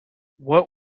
what